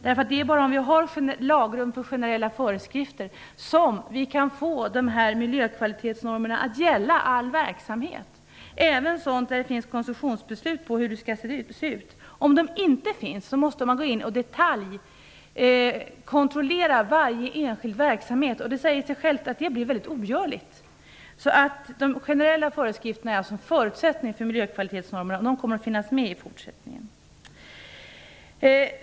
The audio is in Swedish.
Det är bara om vi har lagrum för generella föreskrifter som vi kan få miljökvalitetsnormerna att gälla all verksamhet. Även när det finns koncessionsbeslut om hur det skall se ut måste man gå in och detaljkontrollera varje enskild verksamhet om det inte finns generella föreskrifter. Det säger sig självt att det är ogörligt. De generella föreskrifterna är alltså en förutsättning för miljökvalitetsnormerna. De kommer att finnas med i fortsättningen.